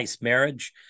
marriage